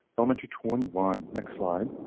elementary twenty one next slide.